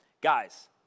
guys